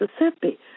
Mississippi